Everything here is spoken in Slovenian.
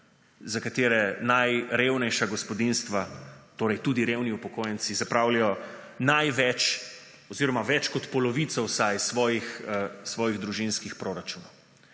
za katere najrevnejša gospodinjstva, torej tudi revni upokojenci, zapravijo največ oziroma več kot polovico svojih družinskih proračunov.